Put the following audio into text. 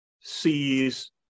sees